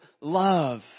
love